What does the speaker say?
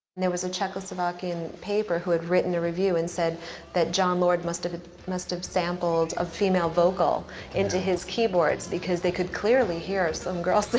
there was a czechoslovakian paper who had written the review and said that, jon lord must have ah must have sampled a female vocal into his keyboards because they could clearly hear some girl so